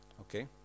Okay